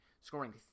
scoring